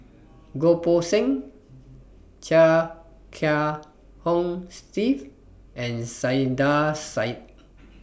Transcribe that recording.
Goh Poh Seng Chia Kiah Hong Steve and Saiedah Said